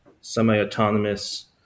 semi-autonomous